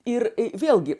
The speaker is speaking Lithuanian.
ir vėlgi